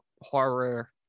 horror